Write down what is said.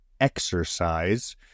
exercise